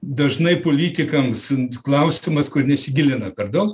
dažnai politikams klaustimas kurie nesigilina per daug